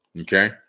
Okay